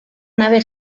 nave